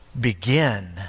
begin